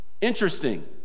Interesting